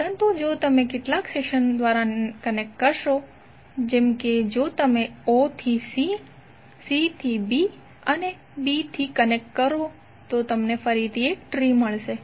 પરંતુ જો તમે કેટલાક સેશન દ્વારા કનેક્ટ કરો જેમ કે જો તમે o થી c c થી b અને b થી કનેક્ટ કરો તો તમને ફરીથી ટ્રી મળશે